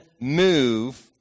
move